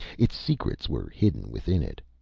its secrets were hidden within it.